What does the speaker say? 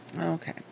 Okay